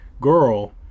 girl